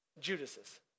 Judas's